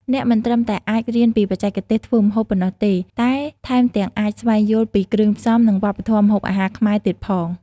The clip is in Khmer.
អ្នកមិនត្រឹមតែអាចរៀនពីបច្ចេកទេសធ្វើម្ហូបប៉ុណ្ណោះទេ តែថែមទាំងអាចស្វែងយល់ពីគ្រឿងផ្សំ និងវប្បធម៌ម្ហូបអាហារខ្មែរទៀតផង ។